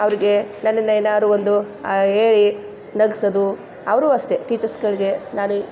ಅವ್ರಿಗೆ ನನ್ನನ್ನು ಏನಾದ್ರು ಒಂದು ಹೇಳಿ ನಗಿಸೋದು ಅವರೂ ಅಷ್ಟೆ ಟೀಚರ್ಸ್ಗಳಿಗೆ ನಾನು